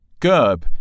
Gerb